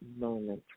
moment